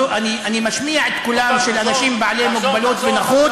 אני משמיע את קולם של אנשים בעלי מוגבלות ונכות,